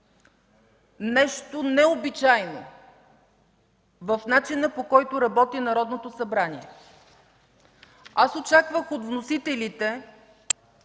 нещо необичайно в начина, по който работи Народното събрание. Аз очаквах от вносителите